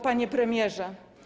Panie Premierze!